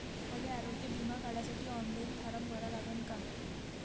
मले आरोग्य बिमा काढासाठी ऑनलाईन फारम भरा लागन का?